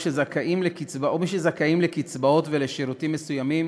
מי שזכאים לקצבאות ולשירותים מסוימים